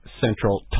central